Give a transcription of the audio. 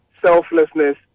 selflessness